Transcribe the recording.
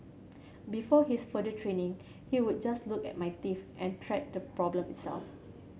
before his further training he would just look at my teeth and treat the problem itself